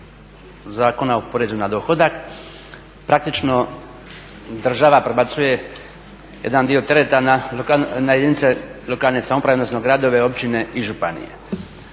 Zakona o porezu na dohodak praktično država prebacuje jedan dio tereta na jedinice lokalne samouprave, odnosno gradove, općine i županije.